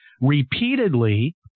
repeatedly